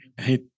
Hey